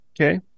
okay